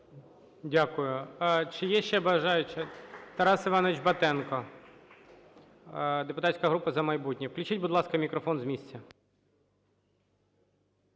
Дякую. Чи є ще бажаючі? Тарас Іванович Батенко, депутатська група "За майбутнє". Включіть, будь ласка, мікрофон з місця.